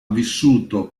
vissuto